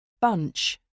Bunch